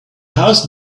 house